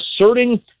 asserting